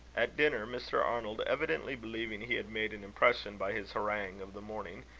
at dinner, mr. arnold, evidently believing he had made an impression by his harangue of the morning,